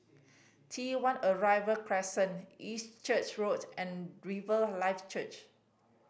T One Arrival Crescent East Church Road and Riverlife Church